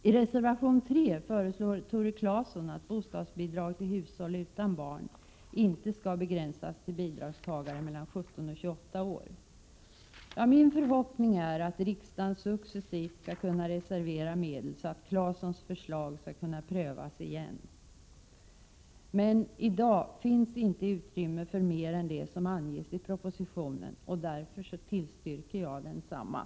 I reservation 3 föreslår Tore Claeson att bostadsbidrag till hushåll utan barn inte skall begränsas till bidragstagare mellan 17 och 28 år. Min förhoppning är att riksdagen successivt skall kunna reservera medel, så att Tore Claesons förslag skall kunna prövas igen. Men i dag finns inte utrymme för mer än det som anges i propositionen och därför tillstyrker jag densamma.